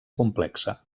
complexa